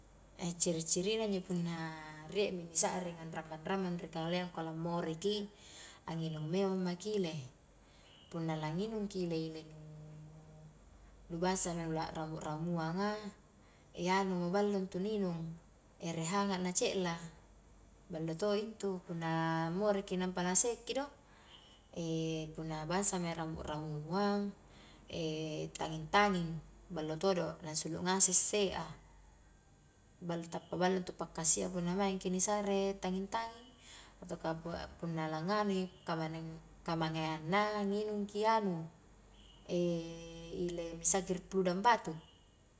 ciri-cirina injo punna riemi ni sa'ring anrammang-rammang rikalea angkua la more ki, anginung memang maki ile, punna langinungki ile-ile nu bangsa injo ramu-ramuanga anu ballo intu ni inung ere hanga' na ce'la, ballo to intu punna moreki nampa la sekki do, punna bangsa mae ramu-ramuang, tanging-tanging ballo todo, nansulu ngase se'a ballo tappa ballo intu pakkasia a punna maingki ni sare tanging-tanging atauka punna langanui kamangeang na nginungki anu ile mixagrip flu dan batuk.